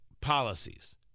policies